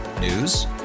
News